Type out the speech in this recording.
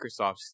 Microsoft